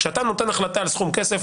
כשאתה נותן החלטה על סכום כסף,